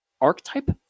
archetype